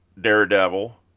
Daredevil